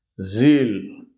zeal